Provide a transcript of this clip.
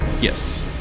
Yes